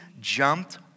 jumped